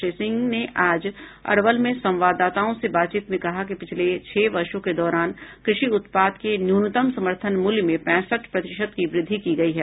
श्री सिंह ने आज अरवल में संवाददाताओं से बातचीत में कहा कि पिछले छह वर्षो के दौरान कृषि उत्पाद के न्यूनतम समर्थन मूल्य में पैंसठ प्रतिशत की वृद्धि की गई है